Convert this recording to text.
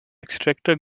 extractor